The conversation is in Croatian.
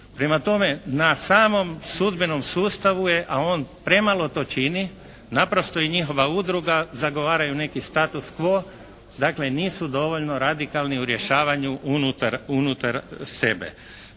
prema tome na samom sudbenom sustavu je a on premalo to čini, naprosto i njihova udruga zagovaraju neki status quo. Dakle, nisu dovoljno radikalni u rješavanju unutar sebe.